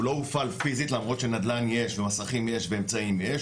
הוא לא הופעל פיזית למרות שנדל"ן יש ומסכים יש ואמצעים יש,